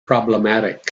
problematic